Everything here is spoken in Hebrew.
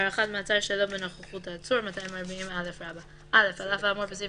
"הארכת מעצר שלא בנוכחות עצור 240א. (א)על אף האמור בסעיף